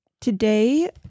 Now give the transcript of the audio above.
Today